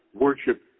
worship